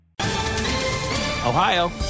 Ohio